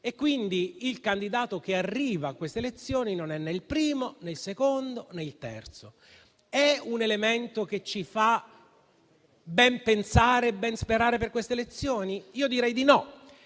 Quindi, il candidato che arriva alle elezioni non è né il primo, né il secondo, né il terzo. È un elemento che ci fa ben pensare e ben sperare per queste elezioni? Io direi di no.